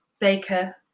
Baker